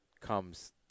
comes